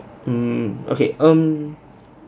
mm okay um